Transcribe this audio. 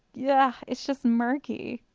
yeah it's just murky.